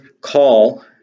call